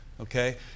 Okay